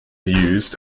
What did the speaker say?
used